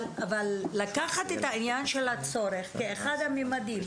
אבל לקחת את העניין של הצורך כאחד המימדים,